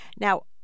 Now